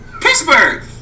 Pittsburgh